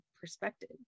perspective